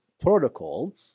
protocol